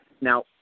Now